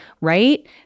right